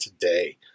today